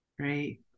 Great